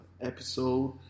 episode